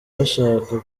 bashaka